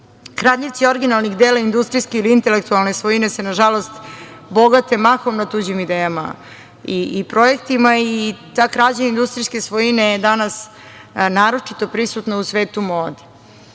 Kradljivci originalnih dela industrijske ili intelektualne svojine se nažalost bogate mahom na tuđim idejama i projektima. Ta krađa industrijske svojine je danas naročito prisutna u svetu mode.